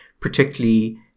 particularly